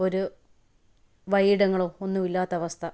ഒരു വഴി ഇടങ്ങളോ ഒന്നും ഇല്ലാത്ത അവസ്ഥ